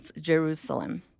Jerusalem